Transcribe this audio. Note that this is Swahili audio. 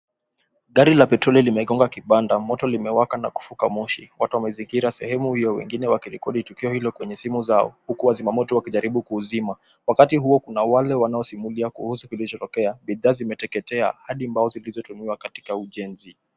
Gari la petroli limegoga kibanda. Moto limewaka na kufuka moshi. Watu wamezingira sehemu hio, wengine wakirekodi tukio hilo kwenye simu zao uku wazima moto wakijaribu kuuzima. Wakati huo kuna watu wale wanaosimulia kuhusu kilichotokea. Bidhaa zimeteketea hadi mbao zilizotumiwa katika ujenzi.